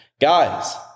Guys